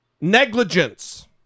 negligence